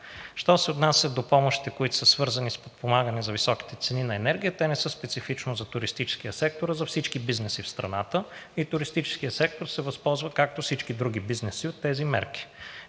Що се отнася до помощите, които са свързани с подпомагане за високите цени на енергията, те не са специфично за туристическия сектор, а за всички бизнеси в страната и туристическият сектор се възползва, както всички други бизнеси, от тези мерки.